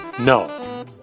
No